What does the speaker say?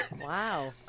Wow